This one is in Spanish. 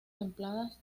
templadas